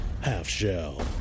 half-shell